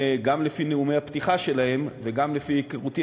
גם לפי נאומי הפתיחה שלהם וגם לפי היכרותי,